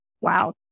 Wow